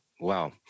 Wow